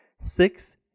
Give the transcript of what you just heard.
Six